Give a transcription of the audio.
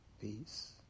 peace